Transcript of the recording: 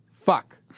Fuck